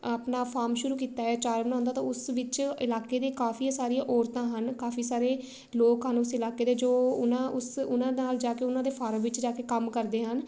ਆਪਣਾ ਫਾਮ ਸ਼ੁਰੂ ਕੀਤਾ ਹੈ ਆਚਾਰ ਬਣਾਉਣ ਦਾ ਤਾਂ ਉਸ ਵਿੱਚ ਇਲਾਕੇ ਦੇ ਕਾਫੀ ਸਾਰੀਆਂ ਔਰਤਾਂ ਹਨ ਕਾਫੀ ਸਾਰੇ ਲੋਕ ਹਨ ਉਸ ਇਲਾਕੇ ਦੇ ਜੋ ਉਹਨਾਂ ਉਸ ਉਹਨਾਂ ਨਾਲ ਜਾ ਕੇ ਉਹਨਾਂ ਦੇ ਫਾਰਮ ਵਿੱਚ ਜਾ ਕੇ ਕੰਮ ਕਰਦੇ ਹਨ